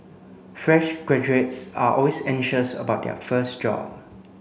fresh graduates are always anxious about their first job